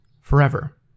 forever